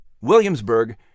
Williamsburg